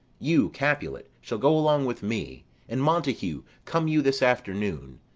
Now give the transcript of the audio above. you, capulet, shall go along with me and, montague, come you this afternoon,